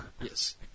Yes